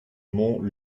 mont